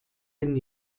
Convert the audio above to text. den